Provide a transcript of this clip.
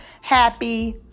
Happy